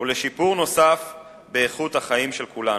ולשיפור נוסף באיכות החיים של כולנו.